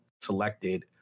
selected